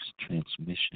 transmission